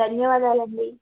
ధన్యవాదాలండి